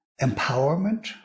empowerment